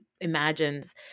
imagines